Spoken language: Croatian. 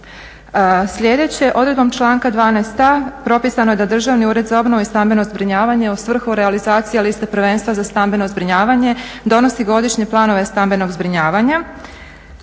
Slijedeće, odredbom članka 12.a propisano je da Državni ured za obnovu i stambeno zbrinjavanje u svrhu realizacije liste prvenstva za stambeno zbrinjavanje donosi godišnje planove stambenog zbrinjavanja.